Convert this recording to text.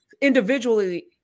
individually